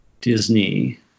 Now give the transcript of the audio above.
disney